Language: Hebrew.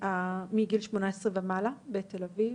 מגיל 18 ומעלה בתל אביב,